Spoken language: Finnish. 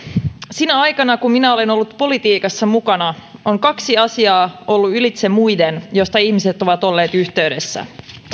sinä aikana kun minä olen ollut politiikassa mukana on ollut ylitse muiden joista ihmiset ovat olleet yhteydessä